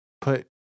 put